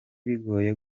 bigoye